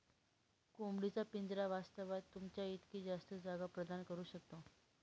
कोंबडी चा पिंजरा वास्तवात, तुमच्या इतकी जास्त जागा प्रदान करू शकतो